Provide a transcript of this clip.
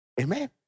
amen